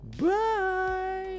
Bye